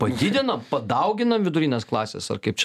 padidina padaugina vidurinės klasės ar kaip čia